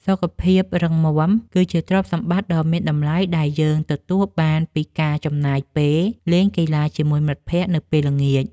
សុខភាពរឹងមាំ គឺជាទ្រព្យសម្បត្តិដ៏មានតម្លៃដែលយើងទទួលបានពីការចំណាយពេលលេងកីឡាជាមួយមិត្តភក្តិនៅពេលល្ងាច។